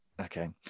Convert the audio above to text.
Okay